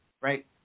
right